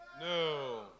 No